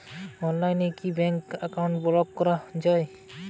অনলাইনে কি bank account block করা য়ায়?